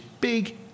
big